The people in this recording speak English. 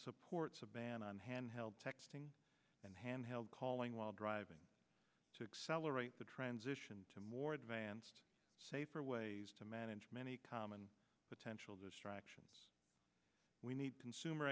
supports a ban on hand held texting and handheld calling while driving to accelerate the transition to more advanced safer ways to manage many common potential distractions we need to consume